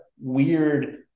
weird